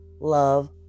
love